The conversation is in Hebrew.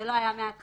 זה לא היה מההתחלה,